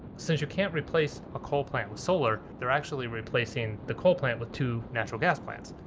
since you can't replace a coal plant with solar, they're actually replacing the coal plant with two natural gas plants.